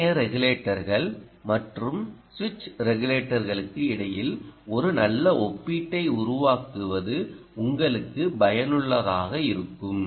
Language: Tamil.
லீனியர் ரெகுலேட்டர்கள் மற்றும் சுவிட்ச் ரெகுலேட்டர்களுக்கு இடையில் ஒரு நல்ல ஒப்பீட்டை உருவாக்குவது உங்களுக்கு பயனுள்ளதாக இருக்கும்